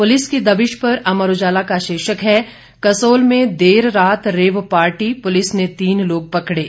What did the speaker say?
police की दबिश पर अमर उजाला का शीर्षक है कसोल में देर रात रेव पार्टी पुलिस ने तीन लोग पकड़े